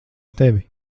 tevi